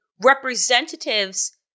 representatives